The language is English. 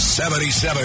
77